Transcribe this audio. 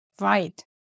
Right